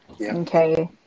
Okay